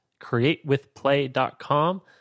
createwithplay.com